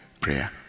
Prayer